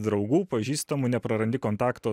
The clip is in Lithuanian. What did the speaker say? draugų pažįstamų neprarandi kontakto